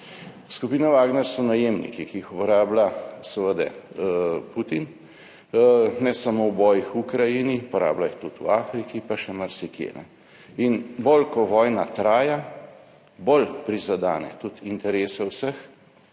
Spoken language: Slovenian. Skupina Wagner so najemniki, ki jih uporablja seveda Putin, ne samo v bojih v Ukrajini, uporablja jih tudi v Afriki, pa še marsikje, in bolj ko vojna traja, bolj prizadene tudi interese vseh